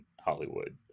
Hollywood